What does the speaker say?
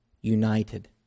united